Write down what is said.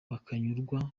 bakanyurwa